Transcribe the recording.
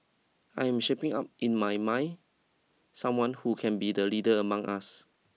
I am shaping up in my mind someone who can be the leader among us